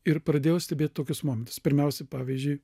ir pradėjau stebėt tokius momentus pirmiausia pavyzdžiui